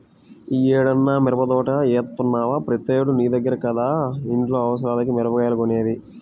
యీ ఏడన్నా మిరపదోట యేత్తన్నవా, ప్రతేడూ నీ దగ్గర కదా ఇంట్లో అవసరాలకి మిరగాయలు కొనేది